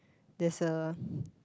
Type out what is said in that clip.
there's a